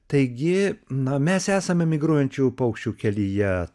taigi na mes esame migruojančių paukščių kelyje